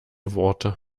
worte